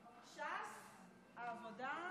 העבודה.